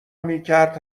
میکرد